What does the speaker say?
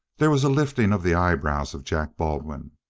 there was a lifting of the eyebrows of jack baldwin.